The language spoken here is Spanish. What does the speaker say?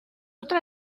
otra